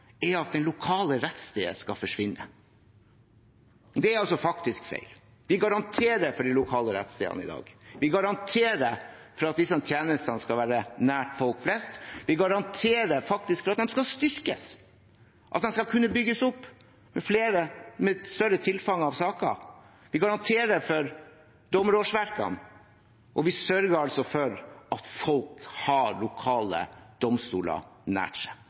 er at det lokale rettsstedet skal forsvinne. Det er faktisk feil. Vi garanterer for de lokale rettsstedene i dag. Vi garanterer for at disse tjenestene skal være nær folk flest. Vi garanterer faktisk for at de skal styrkes, at de skal kunne bygges opp, med større tilfang av saker. Vi garanterer for dommerårsverkene, og vi sørger for at folk har lokale domstoler nær seg.